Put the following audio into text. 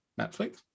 Netflix